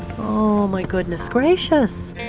oh my goodness gracious.